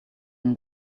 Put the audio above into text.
him